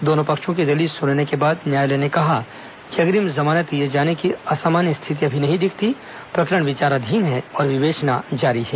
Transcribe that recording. दोनों पक्षों की दलील सुनने के बाद न्यायालय ने कहा कि अग्रिम जमानत दिए जाने की असामान्य स्थिति अर्भी नहीं दिखती प्रकरण विचाराधीन है और विवेचना जारी है